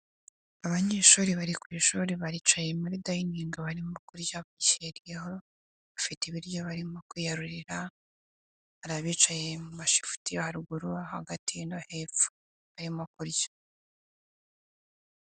Abanyeshuri bari ku ishuri baricaye muri dinning barimo kurya kiriyeho, bafite ibiryo barimo kuyarurira abicaye mu mashifuti haruguru hagati no hepfo barimo kurya.